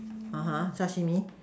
Sashimi